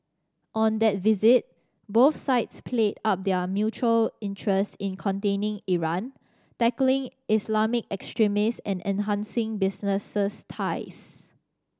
on that visit both sides played up their mutual interest in containing Iran tackling Islamic extremist and enhancing businesses ties